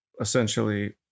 essentially